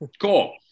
Cool